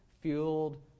fueled